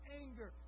anger